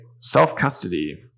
self-custody